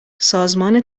سازمان